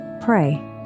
pray